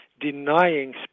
denying